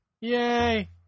Yay